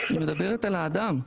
היא מדברת על האדם.